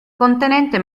contenente